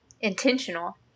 Intentional